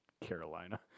Carolina